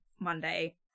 Monday